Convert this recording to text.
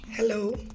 Hello